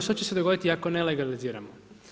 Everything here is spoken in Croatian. Što će se dogoditi ako ne legaliziramo?